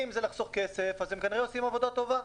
אם זה לחסוך כסף, אז הם כנראה עושים עבודה טובה.